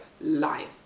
life